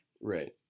Right